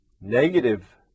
negative